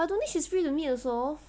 I don't think she's free to meet also